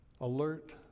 alert